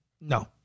No